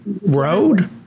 road